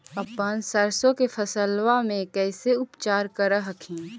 अपन सरसो के फसल्बा मे कैसे उपचार कर हखिन?